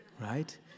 right